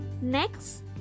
Next